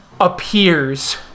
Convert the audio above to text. appears